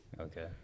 Okay